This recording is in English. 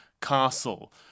castle